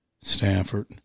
Stanford